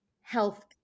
health